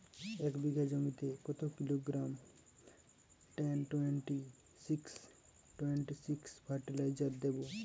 এক বিঘা জমিতে কত kilogram ten twenty six twenty six fertiliser দেবো?